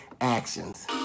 actions